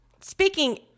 speaking